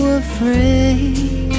afraid